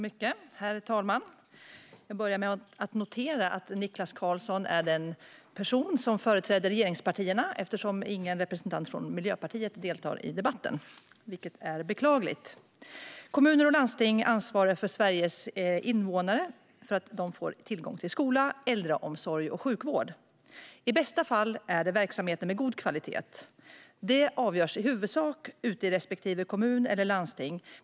Herr talman! Jag noterar att Niklas Karlsson är den enda som företräder regeringspartierna eftersom ingen representant från Miljöpartiet deltar i debatten, vilket är beklagligt. Kommuner och landsting ansvarar för att Sveriges invånare får tillgång till skola, äldreomsorg och sjukvård. I bästa fall är det verksamheter som håller god kvalitet. Det avgörs i huvudsak i respektive kommun eller landsting.